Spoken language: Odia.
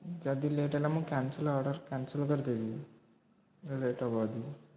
ଯଦି ଲେଟ୍ ହେଲା ମୁଁ କ୍ୟାନସଲ୍ ଅର୍ଡ଼ର କ୍ୟାନସଲ୍ କରିଦେବି ଲେଟ୍ ହେବ ଯଦି